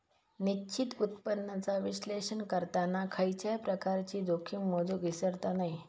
निश्चित उत्पन्नाचा विश्लेषण करताना खयच्याय प्रकारची जोखीम मोजुक इसरता नये